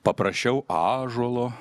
paprašiau ąžuolo